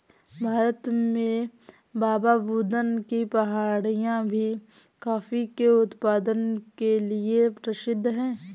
भारत में बाबाबुदन की पहाड़ियां भी कॉफी के उत्पादन के लिए प्रसिद्ध है